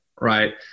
right